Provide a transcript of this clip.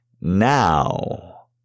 now